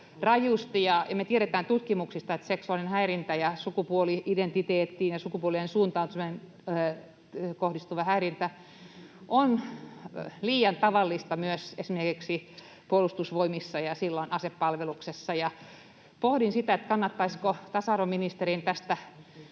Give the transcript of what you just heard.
Me tiedetään tutkimuksista, että seksuaalinen häirintä ja sukupuoli-identiteettiin ja sukupuoliseen suuntautumiseen kohdistuva häirintä on liian tavallista myös esimerkiksi Puolustusvoimissa ja asepalveluksessa. Pohdin sitä, että tämä voisi olla tasa-arvoministerille se